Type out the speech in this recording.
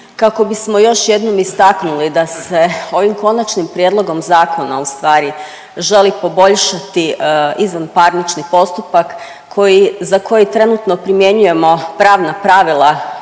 kako bismo još jednom istaknuli da se ovim Konačnim prijedlogom zakona ustvari želi poboljšati izvanparnični postupak koji, za koji trenutno primjenjujemo pravna pravila